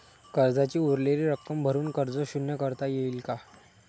कर्जाची उरलेली रक्कम भरून कर्ज शून्य करता येईल का?